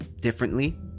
differently